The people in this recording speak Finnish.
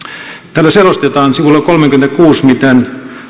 täällä selostetaan sivulla kolmekymmentäkuusi miten